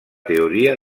teoria